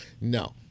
no